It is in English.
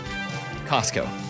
Costco